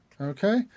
Okay